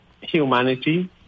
humanity